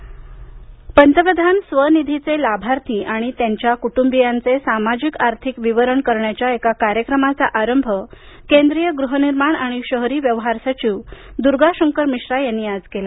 स्वनिधी लाभार्थी पंतप्रधान स्वनिधीचे लाभार्थी आणि त्यांच्या कुटुंबियांचे सामाजिक आर्थिक विवरण करण्याच्या एका कार्यक्रमाचा आरंभ केंद्रीय गृहनिर्माण आणि शहरी व्यवहार सचिव दुर्गा शंकर मिश्रा यांनी आज केला